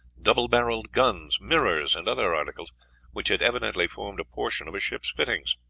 double barreled guns, mirrors, and other articles which had evidently formed a portion of a ship's fittings.